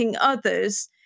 others